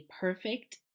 perfect